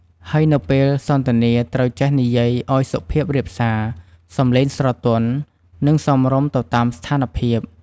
ហើយនៅពេលសន្ទនាត្រូវចេះនិយាយឲ្យសុភាពរាបសា សម្លេងស្រទន់ និងសមរម្យទៅតាមស្ថានភាព។